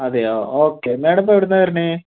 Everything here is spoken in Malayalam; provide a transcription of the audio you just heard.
അതെയോ ഓകെ മാഡം ഇപ്പോൾ എവിടെ നിന്നാണ് വരുന്നത്